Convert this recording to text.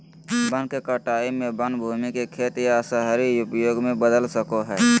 वन के कटाई में वन भूमि के खेत या शहरी उपयोग में बदल सको हइ